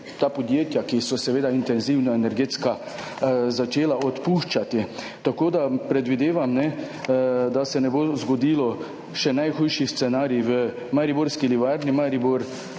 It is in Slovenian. ta podjetja, ki so seveda intenzivno energetska, začela odpuščati. Tako da predvidevam, da se ne bo zgodil najhujši scenarij še v Mariborski livarni Maribor,